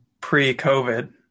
pre-COVID